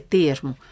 termo